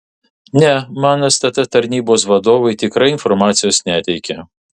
ne man stt tarnybos vadovai tikrai informacijos neteikė